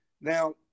Now